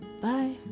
bye